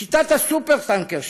שיטת הסופר-טנקר שלו,